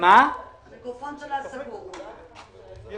אומרת שבנתונים סוציו-אקונומיים היום הם ברמה